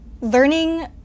learning